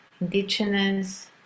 indigenous